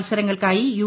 മത്സരങ്ങൾക്കായി U